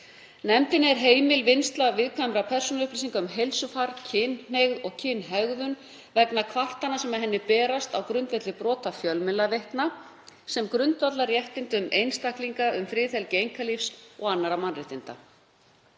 Nefndinni er heimil vinnsla viðkvæmra persónuupplýsinga um heilsufar, kynhneigð og kynhegðun vegna kvartana sem henni berast á grundvelli brota fjölmiðlaveitna gegn grundvallarréttindum einstaklinga um friðhelgi einkalífs og annarra mannréttinda.